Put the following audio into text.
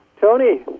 Tony